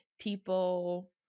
people